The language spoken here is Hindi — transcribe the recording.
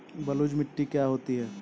बलुइ मिट्टी क्या होती हैं?